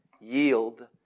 Yield